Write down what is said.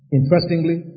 Interestingly